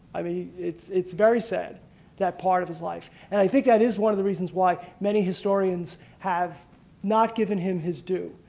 i mean, it's it's very sad that part of his life and i think that is one of the reasons why many historians have not given him his due.